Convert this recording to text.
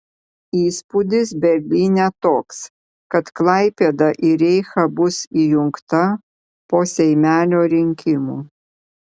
įspūdis berlyne toks kad klaipėda į reichą bus įjungta po seimelio rinkimų